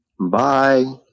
Bye